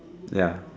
ya